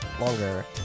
longer